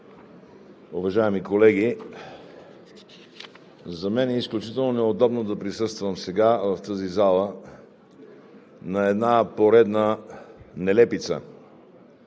уважаеми колеги! За мен е изключително неудобно да присъствам сега в тази зала на една поредна нелепица,